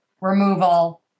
removal